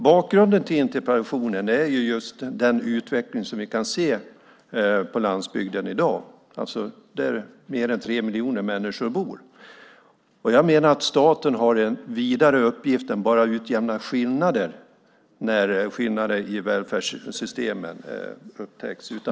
Bakgrunden till interpellationen är den utveckling som vi kan se på landsbygden i dag, där mer än tre miljoner människor bor. Jag menar att staten har en vidare uppgift än att bara utjämna skillnader i välfärdssystemen när de upptäcks.